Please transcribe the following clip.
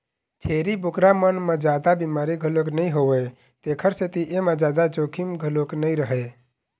छेरी बोकरा मन म जादा बिमारी घलोक नइ होवय तेखर सेती एमा जादा जोखिम घलोक नइ रहय